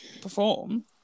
perform